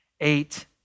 Eight